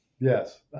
Yes